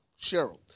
cheryl